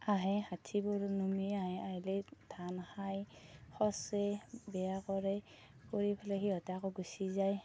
আহে হাতীবোৰ নামি আহে আহিলেই ধান খায় খচে বেয়া কৰে কৰি পেলাই সিহঁতে আকৌ গুচি যায়